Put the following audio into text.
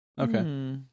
okay